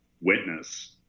witness